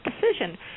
decision